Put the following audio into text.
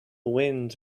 wind